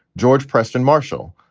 george preston marshall,